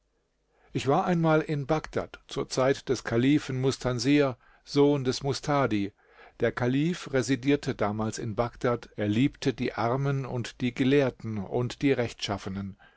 ich war einmal in bagdad des mustadi sohn des mustadi der kalif residierte damals in bagdad er liebte die armen und die gelehrten und die rechtschaffenen